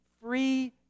free